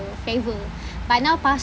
flavour but now pasta